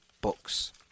Books